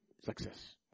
success